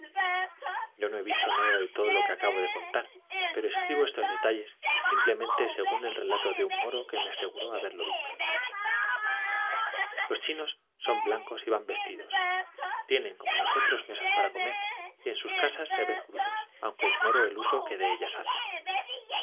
yo no he visto nada de todo lo que acabo de contar pero escribo estos detalles simplemente según el relato de un moro que me aseguró haberlo visto los chinos son blancos y van vestidos tienen como nosotros mesas para comer y en sus casas se ven cruces aunque ignoro el uso que de ellas hacen